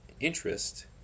interest